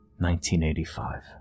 1985